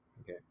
Okay